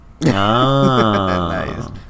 Nice